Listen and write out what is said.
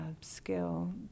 skill